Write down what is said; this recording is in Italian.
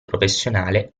professionale